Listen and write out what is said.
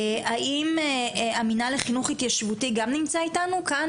האם המינהל לחינוך התיישבותי גם נמצא איתנו כאן,